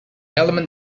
element